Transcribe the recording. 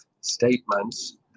statements